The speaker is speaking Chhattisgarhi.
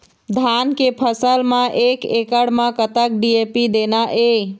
धान के फसल म एक एकड़ म कतक डी.ए.पी देना ये?